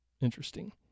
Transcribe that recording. Interesting